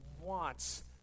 wants